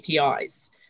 apis